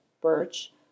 birch